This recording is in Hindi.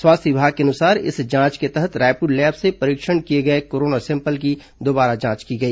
स्वास्थ्य विभाग के अनुसार इस जांच के तहत रायपुर लैब से परीक्षण किए गए कोरोना सैंपल की दोबारा जांच की गई